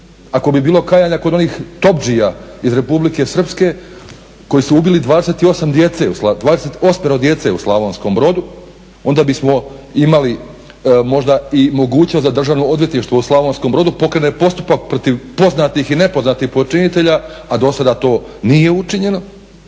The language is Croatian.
ako bi bilo kajanja kod onih tobdžija iz Republike Srpske koji su ubili 28 djece u Slavonskom Brodu onda bismo imali možda i mogućnost da Državno odvjetništvo u Slavonskom Brodu pokrene postupak protiv poznatih i nepoznatih počinitelj, a dosada to nije učinjeno.